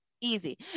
easy